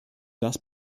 das